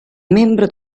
membro